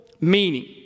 meaning